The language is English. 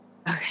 Okay